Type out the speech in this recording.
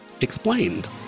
Explained